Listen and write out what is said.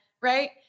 right